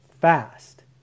fast